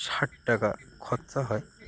ষাট টাকা খরচা হয়